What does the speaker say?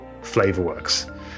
FlavorWorks